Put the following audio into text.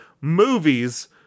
movies